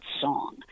song